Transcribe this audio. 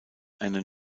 einen